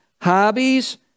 hobbies